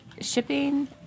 shipping